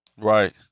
Right